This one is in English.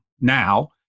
now